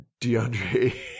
DeAndre